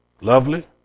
lovely